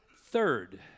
third